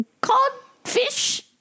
codfish